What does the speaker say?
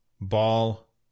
ball